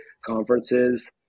conferences